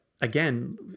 again